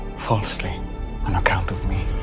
falsely on account of me.